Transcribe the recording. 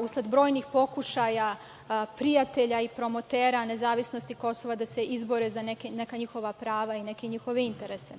usled brojnih pokušaja prijatelja i promotera nezavisnosti Kosova da se izbore za neka njihova prava i neke njihove interese.